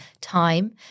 time